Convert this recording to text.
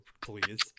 please